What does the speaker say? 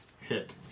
Hit